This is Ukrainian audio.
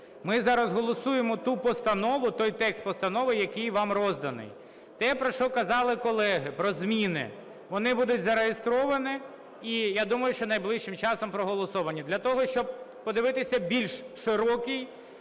Ми зараз голосуємо ту постанову, той текст постанови, який вам розданий. Те, про що казали колеги, про зміни, вони будуть зареєстровані, і я думаю, що найближчим часом проголосовані. Для того, щоб подивитися більш широкий